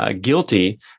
Guilty